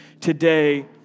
Today